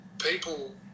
people